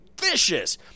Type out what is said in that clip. vicious